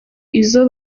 izo